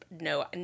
no